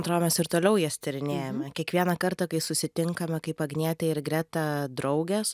atrodo mes ir toliau jas tyrinėjame kiekvieną kartą kai susitinkame kaip agnietė ir greta draugės